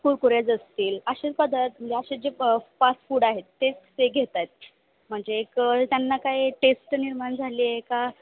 कुरकुऱ्याज असतील असे पदार्थ म्हणजे असे जे फास्ट फूड आहेत तेच ते घेत आहेत म्हणजे क त्यांना काही टेस्ट निर्माण झाली आहे का